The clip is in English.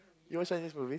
you watch Chinese movies